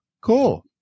Cool